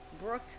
brooke